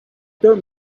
don’t